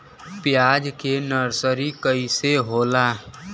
प्याज के नर्सरी कइसे होला?